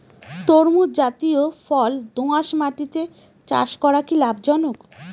তরমুজ জাতিয় ফল দোঁয়াশ মাটিতে চাষ করা কি লাভজনক?